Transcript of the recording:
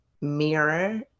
mirror